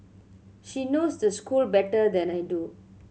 she knows the school better than I do